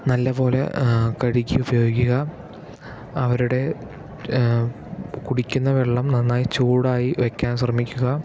നല്ല പോലെ കഴുകി ഉപയോഗിക്കുക അവരുടെ കുടിക്കുന്ന വെള്ളം നന്നായി ചൂടായി വെയ്ക്കാൻ ശ്രമിക്കുക